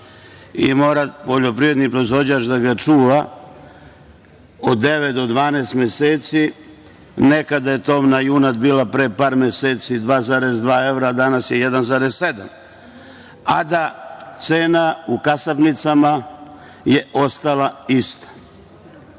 i mora poljoprivredni proizvođač da ga čuva od devet do 12 meseci, nekad je tovna junad bila pre par meseci 2,2 evra, a danas je 1,7, a da je cena u kasapnicama ostala ista.